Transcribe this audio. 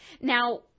Now